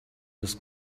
des